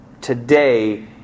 Today